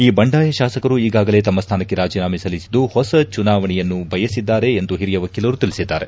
ಈ ಬಂಡಾಯ ಶಾಸಕರು ಈಗಾಗಲೇ ತಮ್ಮ ಸ್ಥಾನಕ್ಕೆ ರಾಜೀನಾಮೆ ಸಲ್ಲಿಸಿದ್ದು ಹೊಸ ಚುನಾವಣೆಯನ್ನು ಬಯಸಿದ್ದಾರೆ ಎಂದು ಹಿರಿಯ ವಕೀಲರು ತಿಳಿಸಿದ್ದಾರೆ